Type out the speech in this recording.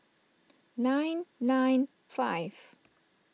nine nine five